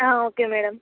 okay madam